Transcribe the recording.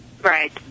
Right